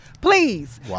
Please